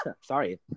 Sorry